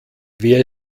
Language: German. wer